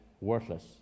worthless